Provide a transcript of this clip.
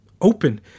open